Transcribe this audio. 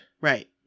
right